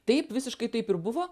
taip visiškai taip ir buvo